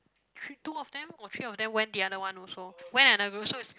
three two of them or three of them went the other one also went another group so is